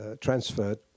transferred